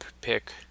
pick